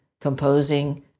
composing